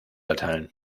erteilen